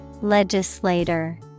Legislator